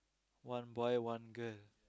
one boy one girl